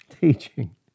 teaching